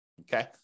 Okay